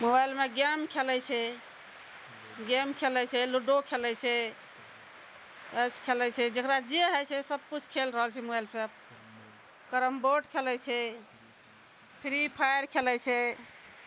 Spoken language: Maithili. मोबाइलमे गेम खेलै छै गेम खेलै छै लूडो खेलै छै चेस खेलै छै जेकरा जे होइ छै सबकिछु खेल रहल छै मोबाइल से करमबोर्ड खेलै छै फ्री फायर खेलै छै